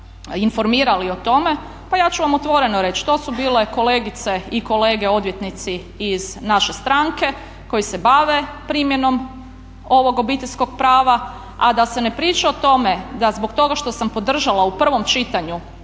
pa ja ću vam otvoreno reći to su bile kolegice i kolege odvjetnici iz naše stranke koji se bave primjenom ovog Obiteljskog prava. A da se ne priča o tome da zbog toga što sam podržala u prvom čitanju